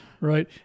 Right